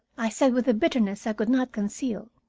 i said with a bitterness i could not conceal,